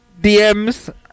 DMs